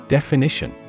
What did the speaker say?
Definition